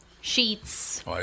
sheets